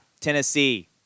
Tennessee